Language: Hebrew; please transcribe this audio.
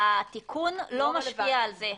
התיקון לא משפיע על זה.